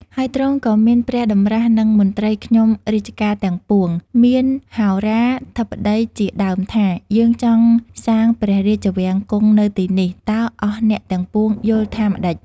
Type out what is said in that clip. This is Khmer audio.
ហើយទ្រង់មានព្រះតម្រាស់នឹងមន្ត្រីខ្ញុំរាជការទាំងពួង មានហោរាធិបតីជាដើមថា " យើងចង់សាងព្រះរាជវាំងគង់នៅទីនេះ តើអស់អ្នកទាំងពួងយល់ថាម្ដេច ?